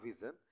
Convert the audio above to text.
vision